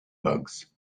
bugs